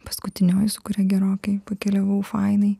paskutinioji su kuria gerokai pakeliavau fainai